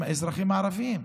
שהם האזרחים הערבים.